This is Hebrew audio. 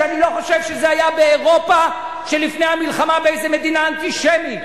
שאני לא חושב שזה באירופה של לפני המלחמה באיזה מדינה אנטישמית.